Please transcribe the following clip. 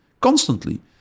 constantly